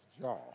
jaw